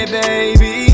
baby